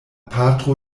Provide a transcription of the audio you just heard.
patro